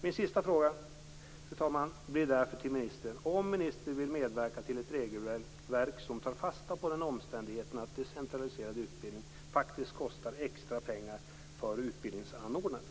Min sista fråga till ministern, fru talman, blir därför om ministern vill medverka till ett regelverk som tar fasta på omständigheten att decentraliserad utbildning faktiskt kostar extra pengar för utbildningsanordnaren.